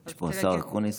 נמצא פה השר אקוניס.